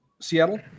Seattle